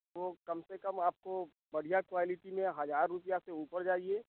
तो कम से कम आपको बढ़िया क्वालिटी में हज़ार रुपया से ऊपर जाइए